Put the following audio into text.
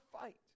fight